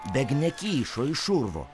begne kyšo iš urvo